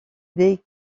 des